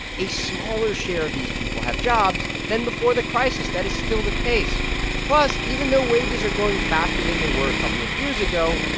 a smaller share of these people have jobs than before the crisis. that is still the case plus, even though wages are growing faster than they were a couple of years ago,